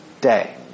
day